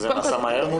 זה נעשה מהר?